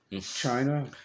China